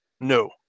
No